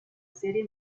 serie